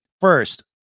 first